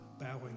bowing